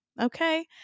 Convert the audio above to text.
okay